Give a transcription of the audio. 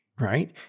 right